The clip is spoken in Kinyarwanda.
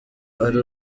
ari